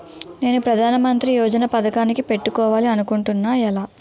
నేను ప్రధానమంత్రి యోజన పథకానికి పెట్టుకోవాలి అనుకుంటున్నా ఎలా?